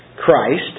Christ